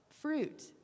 fruit